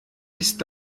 ist